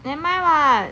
nevermind [what]